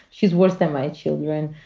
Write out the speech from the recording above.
she's worse than my children.